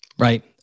Right